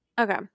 Okay